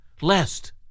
lest